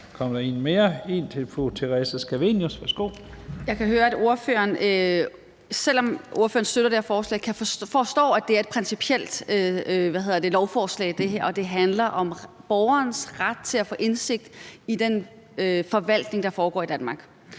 Værsgo. Kl. 16:02 Theresa Scavenius (UFG): Jeg kan høre, at ordføreren, selv om ordføreren støtter det her forslag, forstår, at det er et principielt lovforslag, og at det handler om borgerens ret til at få indsigt i den forvaltning, der foregår i Danmark.